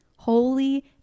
holy